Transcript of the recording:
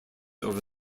over